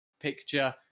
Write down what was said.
picture